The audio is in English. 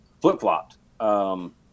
flip-flopped